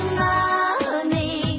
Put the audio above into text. money